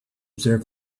observe